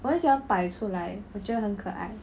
我很喜欢摆出来我觉得很可爱